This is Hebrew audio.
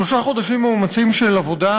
שלושה חודשים מאומצים של עבודה,